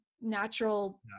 natural